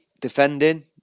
defending